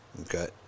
okay